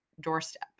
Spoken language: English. doorstep